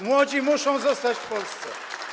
Młodzi muszą zostać w Polsce.